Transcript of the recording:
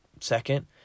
second